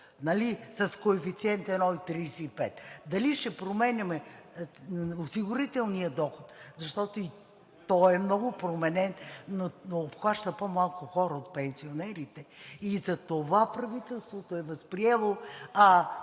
с коефициент 1,35, дали ще променяме осигурителния доход? Защото и той е много променен, но обхваща по-малко хора от пенсионерите и затова правителството е възприело, за